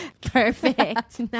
perfect